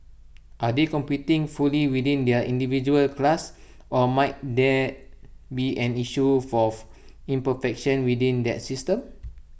are they competing fully within their individual class or might that be an issue for of imperfection within that system